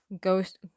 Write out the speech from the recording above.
ghost